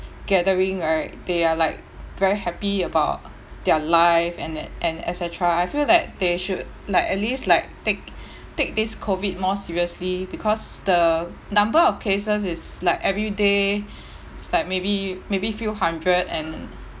gathering right they are like very happy about their life and that and et cetera I feel that they should like at least like take take this COVID more seriously because the number of cases is like every day it's like maybe maybe few hundred and